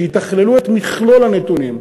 שיתכללו את מכלול הנתונים,